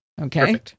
Okay